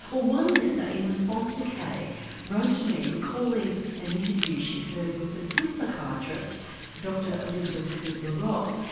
well one listener in response to kay wrote to me recalling an interview she'd heard with the swiss psychiatrist dr elisabeth kubler-ross.